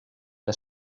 que